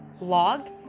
log